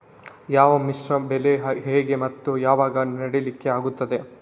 ಯಾವ ಮಿಶ್ರ ಬೆಳೆ ಹೇಗೆ ಮತ್ತೆ ಯಾವಾಗ ನೆಡ್ಲಿಕ್ಕೆ ಆಗ್ತದೆ?